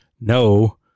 no